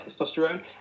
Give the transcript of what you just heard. testosterone